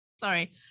Sorry